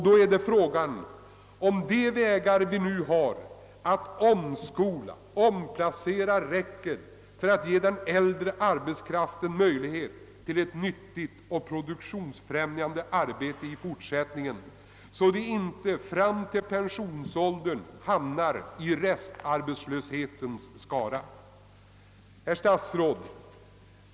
Då är frågan om de vägar vi nu har — omskolning och omplacering — räcker för att ge den äldre arbetskraften möjlighet till nyttigt och produktionsfrämjande arbete i fortsättningen så att den inte fram till pensionsåldern hamnar i restarbetslöshetens skara. Herr statsråd!